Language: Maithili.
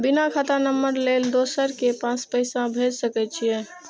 बिना खाता नंबर लेल दोसर के पास पैसा भेज सके छीए?